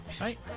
Right